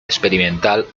experimental